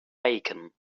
bacon